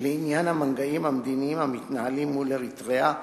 לעניין המגעים המדיניים המתנהלים מול אריתריאה,